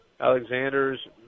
Alexander's